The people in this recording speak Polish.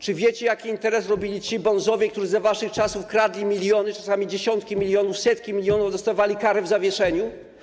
Czy wiecie, jaki interes robili bonzowie, którzy za waszych czasów kradli miliony, czasami dziesiątki milionów, setki milionów, którzy dostawali kary w zawieszeniu?